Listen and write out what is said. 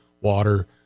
water